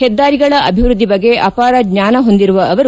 ಹೆದ್ದಾರಿಗಳ ಅಭಿವೃದ್ದಿ ಬಗ್ಗೆ ಅಪಾರ ಜ್ವಾನ ಹೊಂದಿರುವ ಅವರು